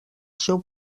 seu